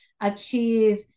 achieve